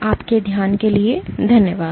आपके ध्यान देने के लिए धन्यवाद